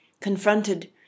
Confronted